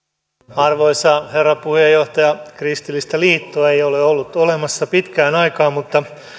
arvoisa herra puheenjohtaja kristillistä liittoa ei ole ollut olemassa pitkään aikaan mutta